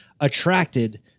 attracted